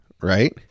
right